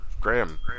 Graham